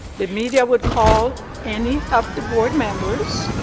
the media would call any of the board members,